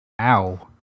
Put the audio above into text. Ow